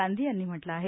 गांधी यांनी म्हटले आहे